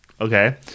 Okay